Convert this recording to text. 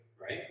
right